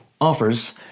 offers